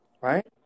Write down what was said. right